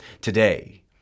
Today